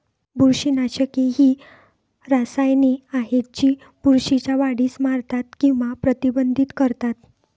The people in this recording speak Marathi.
बुरशीनाशके ही रसायने आहेत जी बुरशीच्या वाढीस मारतात किंवा प्रतिबंधित करतात